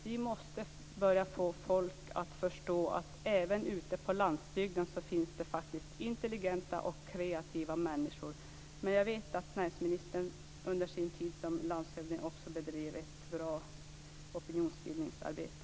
Vi måste få folk att börja förstå att det även ute på landsbygden faktiskt finns intelligenta och kreativa människor. Jag vet att näringsministern under sin tid som landshövding också bedrev ett bra opinionsbildningsarbete.